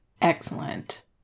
Excellent